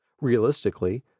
Realistically